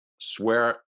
swear